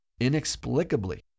inexplicably